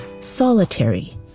Solitary